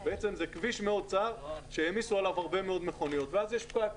בעצם זה כביש מאוד צר שהעמיסו עליו הרבה מאוד מכוניות ואז יש פקק.